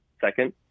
second